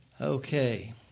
Okay